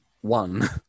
One